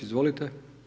Izvolite.